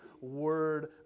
word